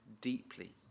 deeply